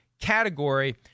category